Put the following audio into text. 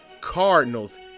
Cardinals